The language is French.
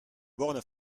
bornes